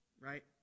Right